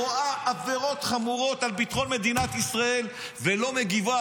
רואה עבירות חמורות על ביטחון מדינת ישראל ולא מגיבה.